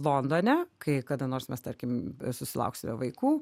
londone kai kada nors mes tarkim susilauksime vaikų